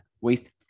waste